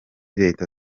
leta